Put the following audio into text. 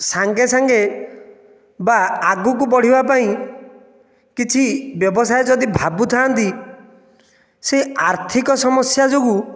ସାଙ୍ଗେ ସାଙ୍ଗେ ବା ଆଗକୁ ବଢ଼ିବା ପାଇଁ କିଛି ବ୍ୟବସାୟ ଯଦି ଭାବୁଥାଆନ୍ତି ସେ ଆର୍ଥିକ ସମସ୍ୟା ଯୋଗୁଁ